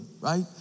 right